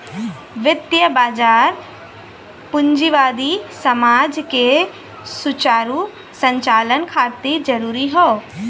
वित्तीय बाजार पूंजीवादी समाज के सुचारू संचालन खातिर जरूरी हौ